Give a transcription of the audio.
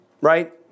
right